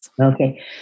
Okay